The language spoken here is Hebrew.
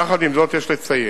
יחד עם זאת, יש לציין